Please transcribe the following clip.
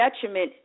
detriment